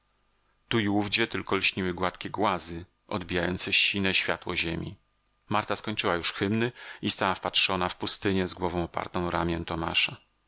i owdzie tylko lśniły gładkie głazy odbijające sine światło ziemi marta skończyła już hymny i stała wpatrzona w pustynię z głową opartą o ramię tomasza